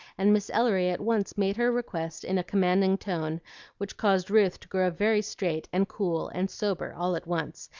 and miss ellery at once made her request in a commanding tone which caused ruth to grow very straight and cool and sober all at once,